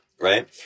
right